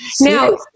Now